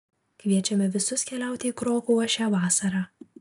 kviečiame visus keliauti į krokuvą šią vasarą